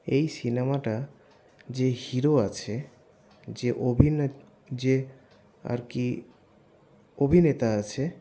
এই সিনেমাটা যে হিরো আছে যে অভিনয় যে আর কি অভিনেতা আছে